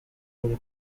buri